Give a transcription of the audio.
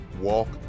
walk